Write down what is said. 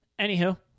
anywho